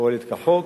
ופועלת כחוק.